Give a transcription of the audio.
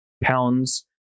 pounds